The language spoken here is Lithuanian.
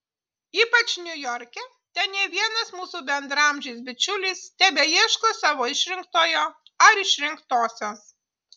ypač niujorke ten ne vienas mūsų bendraamžis bičiulis tebeieško savo išrinktojo ar išrinktosios